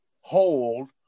hold